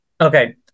Okay